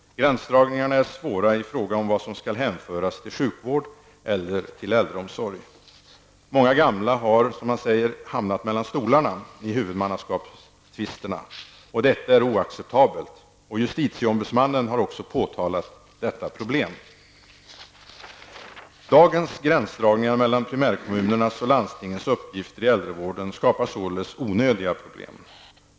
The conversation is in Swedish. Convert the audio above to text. Gränsdragningarna är svåra i fråga om vad som skall hänföras till sjukvård eller till äldreomsorg. Många gamla har hamnat ''mellan stolarna'' i huvudmannaskapstvister. Detta är oacceptabelt. JO har också påtalat detta problem. Dagens gränsdragningar mellan primärkommunernas och landstingens uppgifter i äldrevården skapar således onödiga problem.